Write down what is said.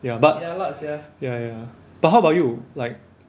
ya but ya ya but how about you like